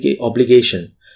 obligation